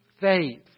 faith